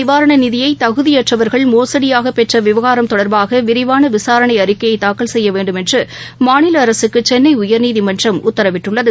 நிவாரணநிதியைதகுதியற்றவர்கள் புயல் மோசடியாகபெற்றவிவகாரம் தொடர்பாகவிரிவானவிசாரணைஅறிக்கையைதாக்கல் செய்யவேண்டும் என்றுமாநிலஅரசுக்குசென்னையர்நீதிமன்றம் உத்தரவிட்டுள்ளது